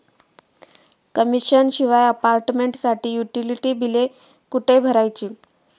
Commission शिवाय अपार्टमेंटसाठी utility बिले कुठे भरायची?